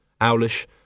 owlish